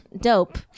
Dope